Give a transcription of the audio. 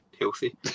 healthy